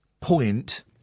point